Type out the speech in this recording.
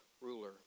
ruler